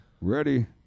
Ready